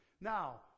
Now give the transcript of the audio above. Now